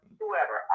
whoever